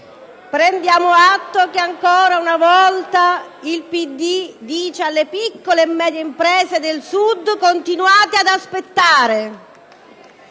Prendiamo atto che ancora una volta il Partito Democratico dice alle piccole e medie imprese del Sud di continuare ad aspettare.